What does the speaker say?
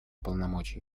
полномочий